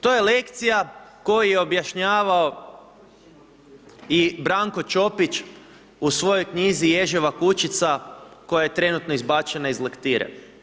To je lekcija koju je objašnjavao i Branko Ćopić u svojoj knjizi „Ježeva kućica“ koja je trenutno izbačena iz lektire.